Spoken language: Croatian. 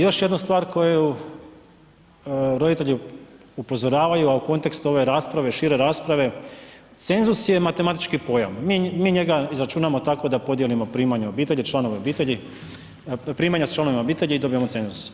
Još jednu stvar koju roditelji upozoravaju, a u kontekstu ove rasprave, šire rasprave, cenzus je matematički pojam, mi njega izračunamo tako da podijelimo primanja obitelji, članove obitelji, primanja s članovima obitelji i dobijemo cenzus.